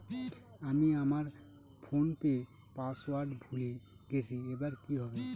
আমি আমার ফোনপের পাসওয়ার্ড ভুলে গেছি এবার কি হবে?